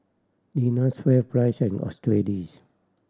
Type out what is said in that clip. Lenas FairPrice and Australis